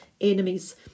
enemies